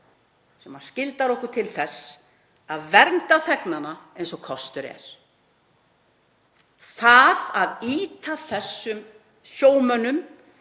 sem skyldar okkur til þess að vernda þegnana eins og kostur er. Það að ýta þessum sjómönnum